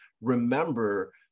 remember